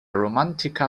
romántica